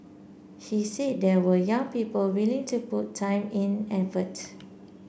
he said there were young people willing to put time in effort